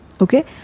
Okay